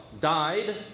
died